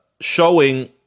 showing